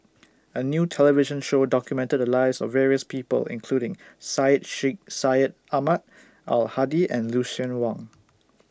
A New television Show documented The Lives of various People including Syed Sheikh Syed Ahmad Al Hadi and Lucien Wang